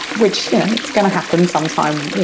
which you know it's going to happen sometime.